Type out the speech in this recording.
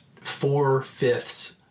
four-fifths